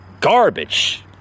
Garbage